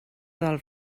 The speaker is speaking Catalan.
del